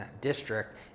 district